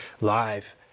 live